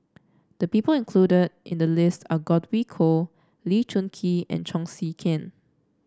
the people included in the list are Godwin Koay Lee Choon Kee and Chong Tze Chien